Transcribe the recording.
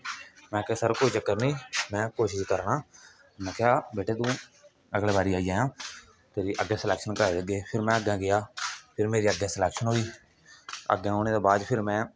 में आखेआ सर कोई चक्कर नेई में कोशिश करां ना उनें आखेआ वेटे तू अगले बारी आई जायां तेरी अग्गै सलेक्शन कराई देगे फिर में अग्गै गेआ फिर मेरी अग्गै स्लेक्शन होई अग्गै होने दे बाद फिर में